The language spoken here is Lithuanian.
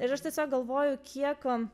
ir aš tiesiog galvoju kiek